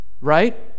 right